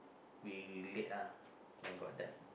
we late ah and got the